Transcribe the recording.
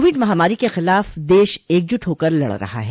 Covid महामारी के खिलाफ देश एकजुट होकर लड़ रहा है